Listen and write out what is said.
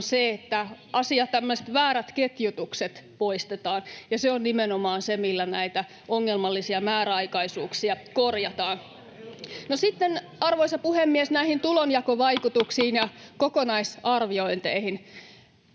on se, että tämmöiset väärät ketjutukset poistetaan, ja se on nimenomaan se, millä näitä ongelmallisia määräaikaisuuksia korjataan. No sitten, arvoisa puhemies, näihin tulonjakovaikutuksiin ja kokonaisarviointeihin.